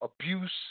abuse